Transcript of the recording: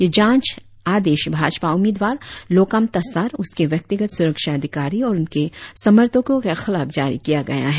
यह जांच आदेश भाजपा उम्मीदवार लोकाम तास्सार उसके व्यक्तिगत सुरक्षा अधिकारी और उनके समर्थको के खिलाफ जारी किया गया है